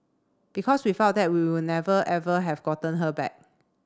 because without that we would never ever have gotten her back